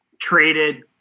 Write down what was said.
traded